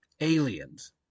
aliens